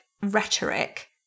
rhetoric